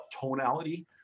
tonality